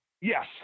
Yes